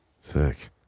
Sick